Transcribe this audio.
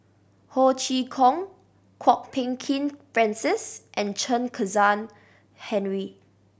Ho Chee Kong Kwok Peng Kin Francis and Chen Kezhan Henri